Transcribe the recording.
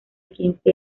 quince